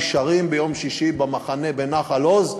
נשארים ביום שישי במחנה בנחל-עוז.